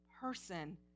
person